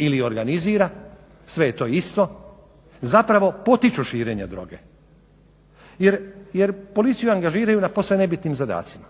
ili organizira, sve je to isto, zapravo potiču širenje droge. Jer policiju angažiraju na posve nebitnim zadacima.